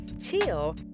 chill